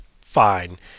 fine